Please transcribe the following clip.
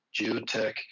geotech